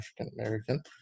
african-american